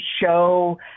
show